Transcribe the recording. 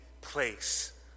place